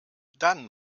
dann